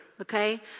okay